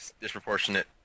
disproportionate